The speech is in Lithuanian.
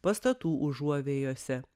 pastatų užuovėjose